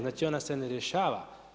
Znači, ona se ne rješava.